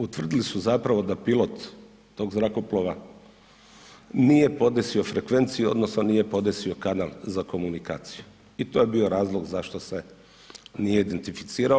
Utvrdili su zapravo da pilot tog zrakoplova nije podesio frekvenciju odnosno nije podesio kanal za komunikaciju i to je bio razlog zašto se nije identificirao.